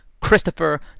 Christopher